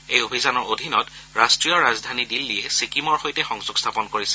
এই অভিযানৰ অধীনত ৰাষ্ট্ৰীয় ৰাজধানী দিল্লীয়ে ছিক্কিমৰ সৈতে সংযোগ স্থাপন কৰিছে